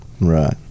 right